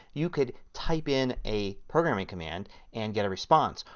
you could type in a programming command and get a response.